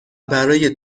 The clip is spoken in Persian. برای